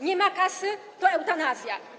Nie ma kasy, to eutanazja.